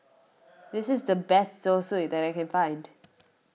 this is the best Zosui that I can find